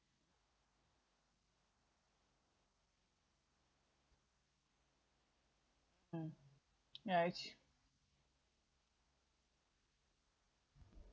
mm